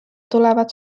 tulevad